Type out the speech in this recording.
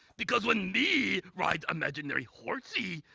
because when me ride imaginary horsey,